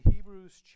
Hebrews